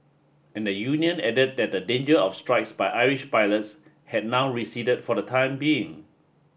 and the union added that the danger of strikes by Irish pilots had now receded for the time being